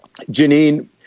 Janine